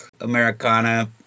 Americana